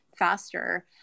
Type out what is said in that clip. faster